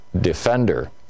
defender